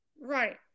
Right